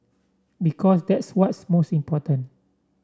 because that's what's most important